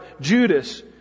Judas